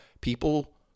people